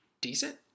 decent